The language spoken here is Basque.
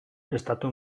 estatu